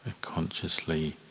consciously